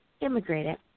immigrated